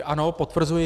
Ano, potvrzuji.